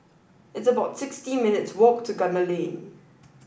it's about sixty minutes' walk to Gunner Lane